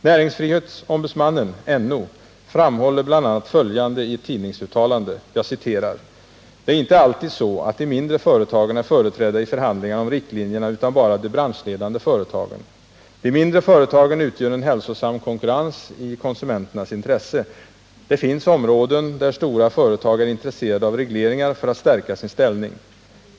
Näringsfrihetsombudsmannen, NO, framhåller bl.a. följande i ett tidningsuttalande: ”Det är inte alltid så att de mindre företagen är företrädda i förhandlingarna om riktlinjerna utan bara de branschledande företagen —-- De mindre företagen utgör en hälsosam konkurrens i konsumentens intresse. Det finns områden där stora företag är intresserade av regleringar för att stärka sin ställning.